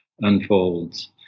unfolds